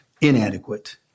Inadequate